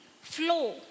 flow